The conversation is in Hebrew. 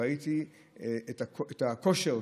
ראיתי את הכושר,